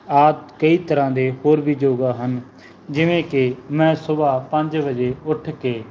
ਆਦਿ ਕਈ ਤਰ੍ਹਾਂ ਦੇ ਹੋਰ ਵੀ ਯੋਗਾ ਹਨ ਜਿਵੇਂ ਕਿ ਮੈਂ ਸੁਬਹਾ ਪੰਜ ਵਜੇ ਉੱਠ ਕੇ